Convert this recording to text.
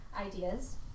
ideas